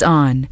on